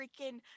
freaking